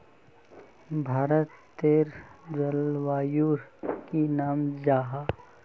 भारतेर जलवायुर की नाम जाहा?